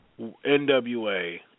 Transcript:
NWA